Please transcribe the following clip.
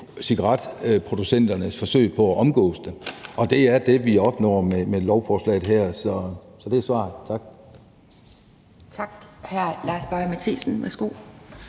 cigaretproducenternes forsøg på at omgå det. Og det er det, vi opnår med lovforslaget her, så det er svaret. Tak.